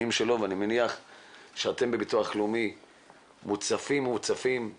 שלו ואני מניח שאתם בביטוח לאומי מוצפים עם